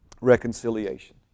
reconciliation